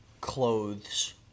clothes